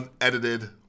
unedited